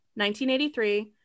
1983